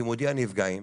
כמודיע נפגעים